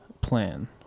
plan